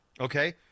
okay